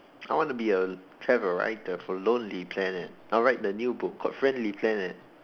I wanna be a travel writer for lonely planet I wanna write the new book called friendly planet